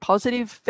positive